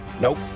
Nope